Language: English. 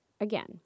Again